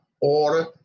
order